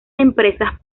empresas